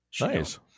Nice